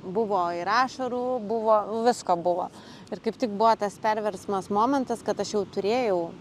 buvo ir ašarų buvo visko buvo ir kaip tik buvo tas perversmas momentas kad aš jau turėjau